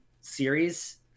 series